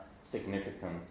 significant